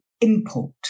import